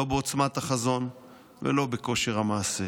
לא בעוצמת החזון ולא בכושר המעשה.